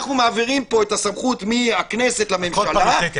אנחנו מעבירים פה את הסמכות מהכנסת לממשלה,